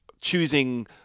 choosing